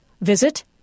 Visit